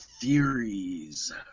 Theories